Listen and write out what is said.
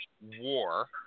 war